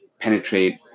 penetrate